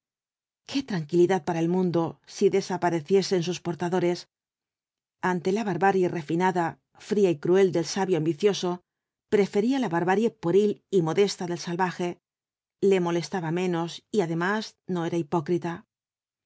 qué tranquilidad para el mundo si desapareciesen sus portadores ante la barbarie refinada fría y cruel del sabio ambicioso prefería la barbarie pueril y modesta del salvaje le molestaba menos y además no era hipócrita